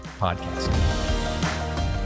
podcast